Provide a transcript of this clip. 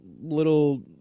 little